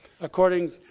according